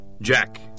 Jack